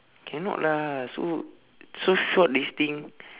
cannot lah so so short this thing